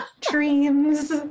Dreams